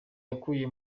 yakuye